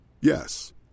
Yes